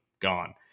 gone